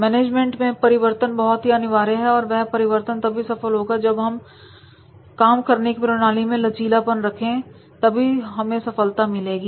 management मैं परिवर्तन बहुत ही अनिवार्य है और वह परिवर्तन तभी सफल होगा जब हम काम करने की प्रणाली में लचीलापन रखें तभी हमें सफलता मिलेगी